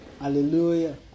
Hallelujah